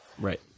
Right